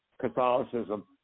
Catholicism